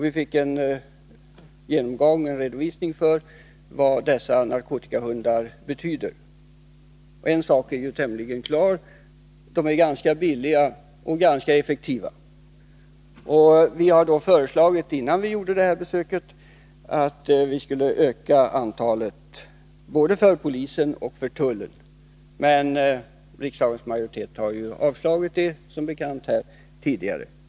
Vi fick en redovisning för vad dessa narkotikahundar betyder. En sak är tämligen klar: de är ganska billiga och ganska effektiva. Vi socialdemokrater föreslog, innan vi gjorde besöket, att vi skulle öka antalet hundar både för polisen och för tullen. Men riksdagens majoritet har som bekant tidigare avslagit det.